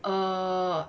err